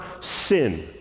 sin